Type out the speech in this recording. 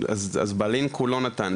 אז בלינק הוא לא נתן.